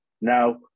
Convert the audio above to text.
Now